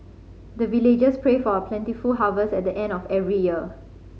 the villagers pray for a plentiful harvest at the end of every year